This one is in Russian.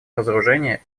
разоружения